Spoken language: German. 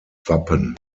wappen